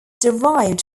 derived